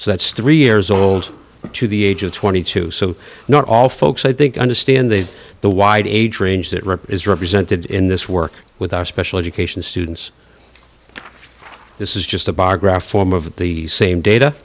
so that's three years old to the age of twenty two so not all folks i think understand that the wide age range that rip your present and in this work with our special education students this is just a bar graph form of the same data